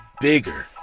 bigger